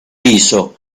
riso